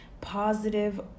positive